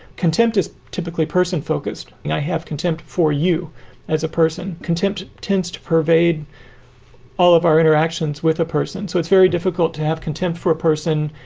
contempt is typically person focused. i have contempt for you as a person. contempt tends to pervade all of our interactions with a person. so it's very difficult to have contempt for a person.